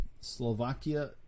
Slovakia